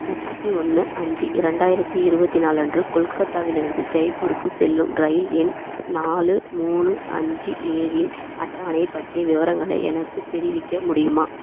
முப்பத்தி ஒன்று அஞ்சு இரண்டாயிரத்தி இருபத்தி நாலு அன்று கொல்கத்தாவிலிருந்து ஜெய்ப்பூருக்கு செல்லும் ரயில் எண் நாலு மூணு அஞ்சு ஏழின் அட்டவணை பற்றி விவரங்களை எனக்குத் தெரிவிக்க முடியுமா